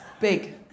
big